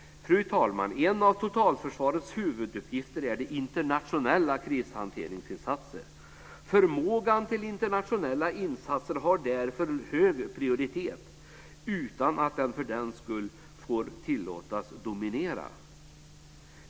Fru talman! En av totalförsvarets huvuduppgifter är internationella krishanteringsinsatser. Förmågan till internationella insatser har därför hög prioritet, utan att den för den skull får tillåtas dominera.